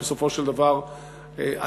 ובסופו של דבר עצר.